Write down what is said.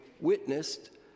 witnessed